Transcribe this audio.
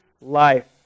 life